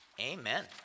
Amen